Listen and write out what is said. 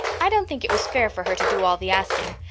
i don't think it was fair for her to do all the asking.